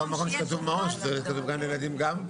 בכל מקום שכתוב מעון צריך שכתוב גן ילדים גם.